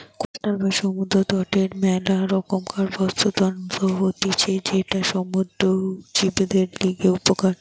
coastal বা সমুদ্র তটের মেলা রকমকার বাস্তুতন্ত্র হতিছে যেটা সমুদ্র জীবদের লিগে উপকারী